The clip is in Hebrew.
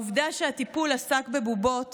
העובדה שהטיפול עסק בבובות